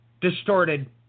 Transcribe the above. distorted